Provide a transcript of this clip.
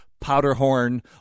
Powderhorn